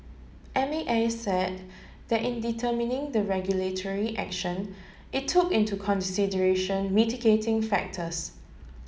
M A S said that in determining the regulatory action it took into consideration mitigating factors